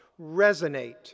Resonate